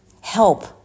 help